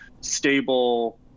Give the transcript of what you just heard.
stable